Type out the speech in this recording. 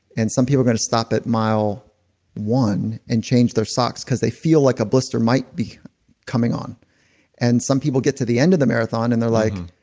and some people are gonna stop at mile one and change their socks cause they feel like a blister might be coming on and some people get to the end of the marathon and they're like,